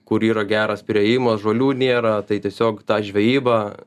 kur yra geras priėjimas žolių nėra tai tiesiog ta žvejyba